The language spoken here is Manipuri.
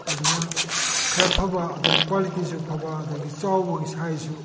ꯑꯗꯨꯅ ꯈꯔ ꯐꯕ ꯑꯗꯨꯗꯩ ꯀ꯭ꯋꯥꯂꯤꯇꯤꯁꯨ ꯐꯕ ꯑꯗꯨꯗꯒꯤ ꯆꯥꯎꯕꯒꯤ ꯁꯥꯏꯖꯁꯨ